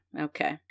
okay